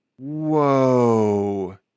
whoa